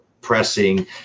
pressing